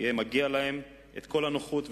יהיו להם כל הנוחות,